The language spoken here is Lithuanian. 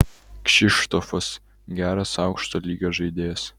kšištofas geras aukšto lygio žaidėjas